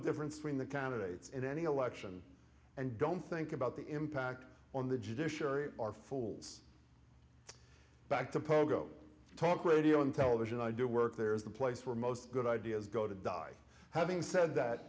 difference between the candidates in any election and don't think about the impact on the judiciary are fools back to pogo talk radio and television i do work there is the place where most good ideas go to die having said